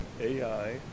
AI